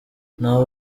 nta